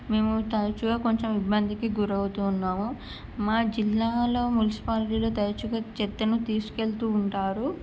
మేము తరచుగా కొంచెం ఇబ్బందికి గురవుతూ ఉన్నాము మా జిల్లాలో మున్సిపాలిటీలో తరచుగా చెత్తను తీసుకువెళ్తూ ఉంటారు